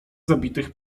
zabitych